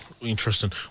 interesting